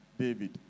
David